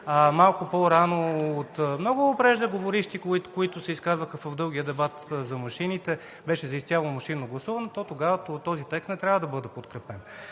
малко по-рано от много преждеговоривши, които се изказваха в дългия дебат за машините, беше за изцяло машинно гласуване, то тогава този текст не трябва да бъде подкрепен.